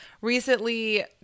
recently